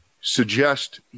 suggest